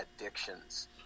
addictions